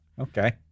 Okay